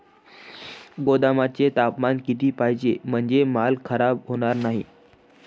गोदामाचे तापमान किती पाहिजे? म्हणजे माल खराब होणार नाही?